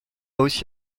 aussi